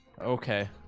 Okay